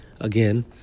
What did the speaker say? again